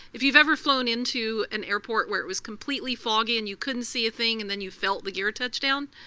if you've ever flown into an airport where it was completely foggy and you couldn't see a thing, and then you felt the gear touch down,